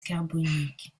carbonique